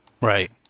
Right